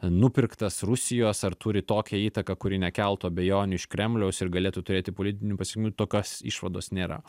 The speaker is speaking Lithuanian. nupirktas rusijos ar turi tokią įtaką kuri nekeltų abejonių iš kremliaus ir galėtų turėti politinių pasekmių tokios išvados nėra